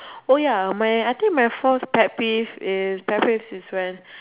oh ya my I think my fourth tap piece is tap piece is when